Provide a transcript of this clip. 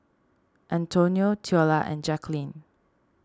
Antonio theola and Jacquline